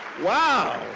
wow!